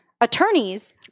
attorneys